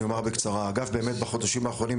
אומר בקצרה: האגף באמת בחודשים האחרונים,